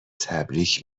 تبریک